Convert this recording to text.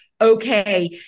okay